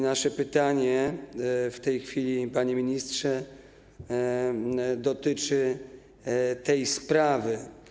Nasze pytanie w tej chwili, panie ministrze, dotyczy tej sprawy.